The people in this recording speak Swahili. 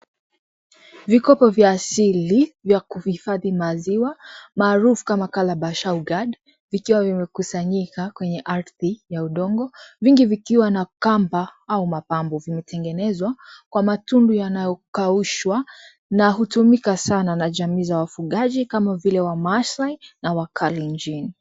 Vikopo vya asili vya kuhifadhi maziwa maarufu kama calabash au guard vikiwa vimekusanyika kwenye ardhi ya udongo vingi vikiwa na kamba au mapambo vimetengenezwa kwa matundu yanayokaushwa na hutumika sana na jamii za wafugaji kama vile wamaasai na wakalenjin.